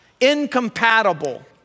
incompatible